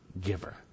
giver